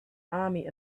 army